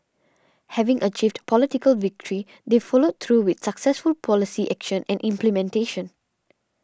having achieved political victory they followed through with successful policy action and implementation